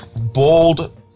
bold